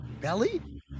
belly